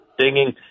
singing